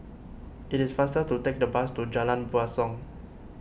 it is faster to take the bus to Jalan Basong